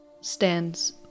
stands